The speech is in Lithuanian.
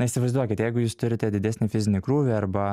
na įsivaizduokit jeigu jūs turite didesnį fizinį krūvį arba